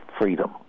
freedom